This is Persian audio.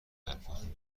حرفاتون